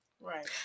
Right